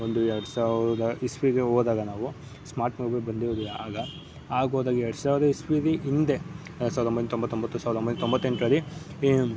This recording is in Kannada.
ಒಂದು ಎರ್ಡು ಸಾವಿರ್ದ ಇಸ್ವಿಗೆ ಹೋದಾಗ ನಾವು ಸ್ಮಾರ್ಟ್ ಮೊಬೈಲ್ ಬಂದೇ ಇರಲಿಲ್ಲ ಆಗ ಆಗ ಹೋದಾಗ ಎರ್ಡು ಸಾವಿರ್ದ ಇಸವಿಲಿ ಹಿಂದೆ ಸಾವ್ರ್ದ ಒಂಬೈನೂರ ತೊಂಬತ್ತೊಂಬತ್ತು ಸಾವ್ರ್ದ ಒಂಬೈನೂರ ತೊಂಬತ್ತೆಂಟರಲ್ಲಿ